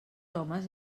homes